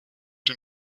den